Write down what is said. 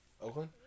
Oakland